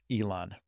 Elon